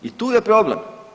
I tu je problem.